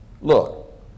Look